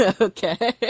Okay